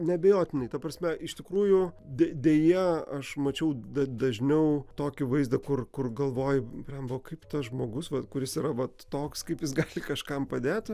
neabejotinai ta prasme iš tikrųjų de deja aš mačiau da dažniau tokį vaizdą kur kur galvoji blemba o kaip tas žmogus va kuris yra vat toks kaip jis gali kažkam padėti